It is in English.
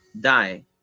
die